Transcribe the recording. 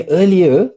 earlier